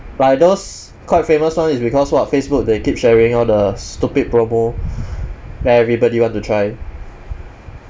like those quite famous one is because what facebook they keep sharing all the stupid promo then everybody want to try